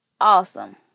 awesome